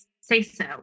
say-so